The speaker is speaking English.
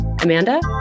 Amanda